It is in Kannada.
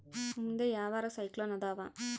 ಮುಂದೆ ಯಾವರ ಸೈಕ್ಲೋನ್ ಅದಾವ?